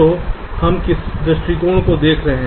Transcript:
तो हम किस दृष्टिकोण को देख रहे हैं